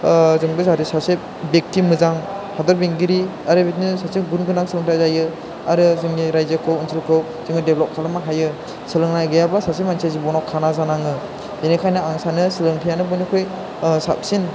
ओह जोंबो जाहाथे सासे ब्यकथि मोजां हादरबेंगिरि आरो बिदिनो सासे गुन गोनां सोलोंथाइ जायो आरो जोंनि रायजोखौ ओनसोलखौ जोङो देभिलफ खालामनो हायो सोलोंनाय गैयाबा सासे मानसिया जिबनाव खाना जानांयो बेनिखायनो सोलोंथाइयानो बयनिफ्राय साबसिन